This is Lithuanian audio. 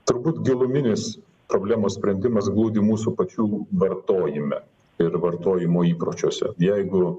turbūt giluminis problemos sprendimas glūdi mūsų pačių vartojime ir vartojimo įpročiuose jeigu